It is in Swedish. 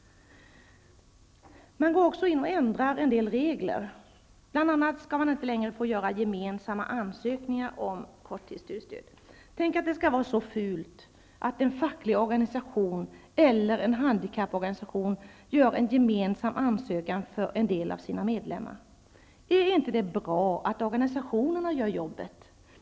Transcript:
Man går också in och ändrar en del regler. Bl.a. skall det inte längre vara möjligt att göra gemensamma ansökningar om korttidsstudiestöd. Tänk att det skall vara så fult att en facklig organisation eller en handikapporganisation gör en gemensam ansökan för en del av sina medlemmar. Är det inte bra att organisationerna gör jobbet?